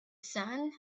sun